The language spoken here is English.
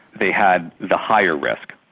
they had the higher risk.